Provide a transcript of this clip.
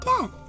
death